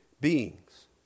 beings